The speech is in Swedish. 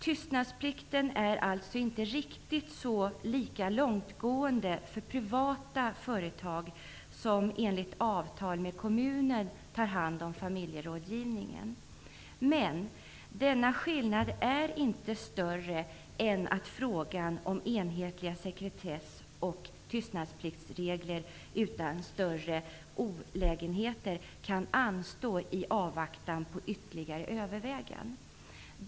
Tystnadsplikten är alltså inte riktigt lika långtgående för privata företag som enligt avtal med kommunen tar hand om familjerådgivningen. Men denna skillnad är inte större än att frågan om enhetliga sekretess och tystnadspliktsregler utan större olägenheter kan anstå i avvaktan på ytterligare överväganden.